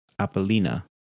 Apollina